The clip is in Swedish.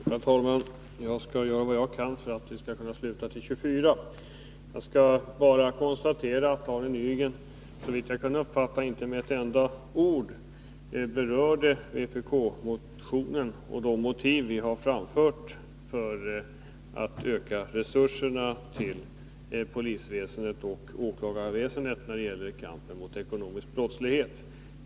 Herr talman! Jag skall göra vad jag kan för att vi skall sluta kl. 24.00. Jag vill bara konstatera att Arne Nygren, såvitt jag kunde uppfatta, inte med ett enda ord berörde vpk-motionen och de motiv vi har framfört för att öka resurserna till polisväsendet och åklagarväsendet när det gäller kampen mot ekonomisk brottslighet.